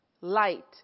light